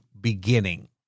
beginning